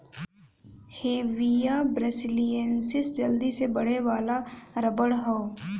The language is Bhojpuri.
हेविया ब्रासिलिएन्सिस जल्दी से बढ़े वाला रबर होला